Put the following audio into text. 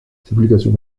publications